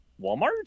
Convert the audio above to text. Walmart